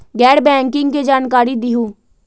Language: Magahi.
गैर बैंकिंग के जानकारी दिहूँ?